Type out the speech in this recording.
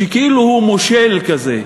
שכאילו הוא מושל כזה.